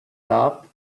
loved